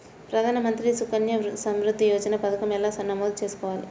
ప్రధాన మంత్రి సుకన్య సంవృద్ధి యోజన పథకం ఎలా నమోదు చేసుకోవాలీ?